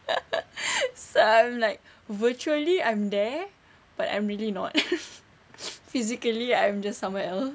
so I'm like virtually I'm there but I'm really not physically I'm just somewhere else